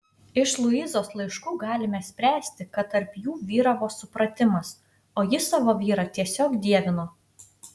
iš luizos laiškų galime spręsti kad tarp jų vyravo supratimas o ji savo vyrą tiesiog dievino